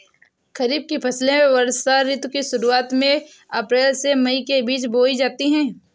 खरीफ की फसलें वर्षा ऋतु की शुरुआत में अप्रैल से मई के बीच बोई जाती हैं